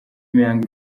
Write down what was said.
mihango